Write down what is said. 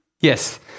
yes